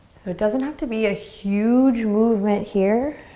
so it doesn't have to be a huge movement here.